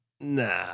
Nah